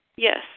Yes